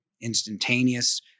instantaneous